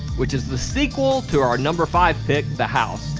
which is the sequel to our number five pick the house.